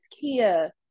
Kia